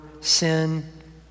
sin